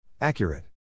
Accurate